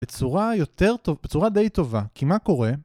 הצורה היותר, בצורה די טובה, כי מה קורה